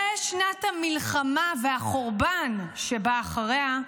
ושנת המלחמה והחורבן שבאה אחריה,